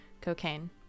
cocaine